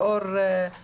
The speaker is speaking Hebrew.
לאור החריפות